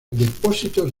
depósitos